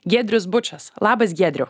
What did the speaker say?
giedrius bučas labas giedriau